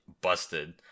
busted